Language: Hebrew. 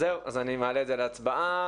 אז אני מעלה את זה להצבעה.